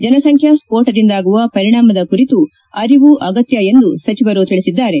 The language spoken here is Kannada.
ಜನಸಂಖ್ಯಾ ಸ್ಪೋಟದಿಂದಾಗುವ ಪರಿಣಾಮದ ಕುರಿತು ಅರಿವು ಅಗತ್ಯ ಎಂದು ಸಚಿವರು ತಿಳಿಸಿದ್ದಾರೆ